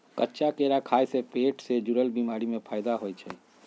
कच्चा केरा खाय से पेट से जुरल बीमारी में फायदा होई छई